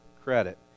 credit